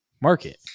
market